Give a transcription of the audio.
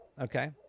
Okay